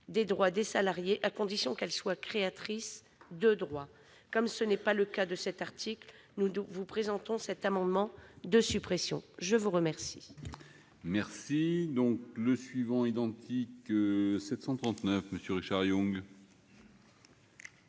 des droits des salariés, à condition qu'elle soit créatrice de droits. Comme ce n'est pas le cas de cet article, nous vous présentons cet amendement de suppression. La parole